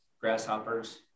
grasshoppers